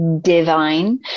divine